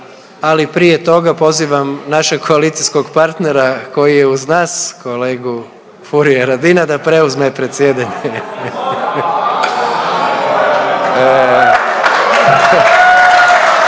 ali prije toga pozivam našeg koalicijskog partnera koji je uz nas, kolegu Furia Radina da preuzme predsjedanje.